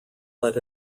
let